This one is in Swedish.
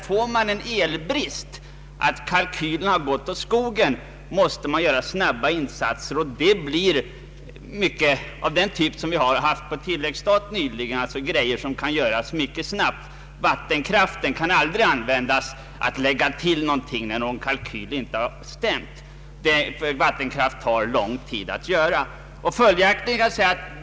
Blir det en elbrist därför att kalkylen slagit fel, måste man göra snabba insatser av den typ vi haft på tilläggsstat nyligen. Vattenkraft kan aldrig användas för att lägga till när en kalkyl inte har stämt. Det tar lång tid att bygga ut vattenkraft.